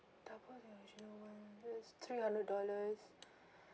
double and zero one it's three hundred dollars